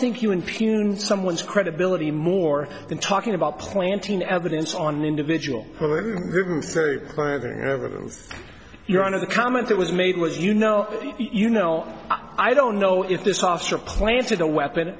think you impugn someone's credibility more than talking about planting evidence on an individual over your honor the comment that was made was you know you know i don't know if this officer planted a weapon